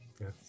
yes